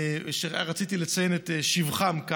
ורציתי לציין כאן את שבחם.